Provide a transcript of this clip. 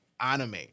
Anime